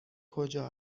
کجا